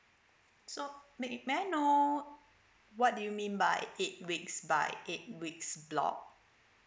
so may may I know what do you mean by eight weeks by eight weeks block